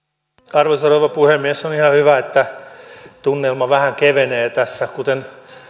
arvoisa rouva puhemies on ihan hyvä että tunnelma vähän kevenee tässä kuten